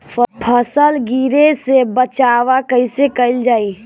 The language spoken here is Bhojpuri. फसल गिरे से बचावा कैईसे कईल जाई?